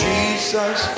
Jesus